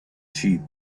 sheep